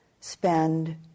spend